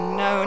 no